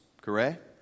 correct